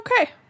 Okay